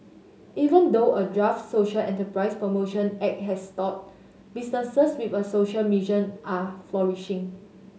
even though a draft social enterprise promotion act has stalled businesses with a social mission are flourishing